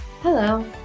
Hello